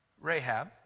Rahab